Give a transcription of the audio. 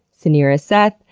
zineera seth,